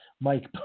Mike